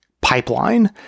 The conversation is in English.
pipeline